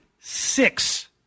six